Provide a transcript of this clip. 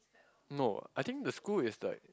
no I think the school is like